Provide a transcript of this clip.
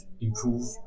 improve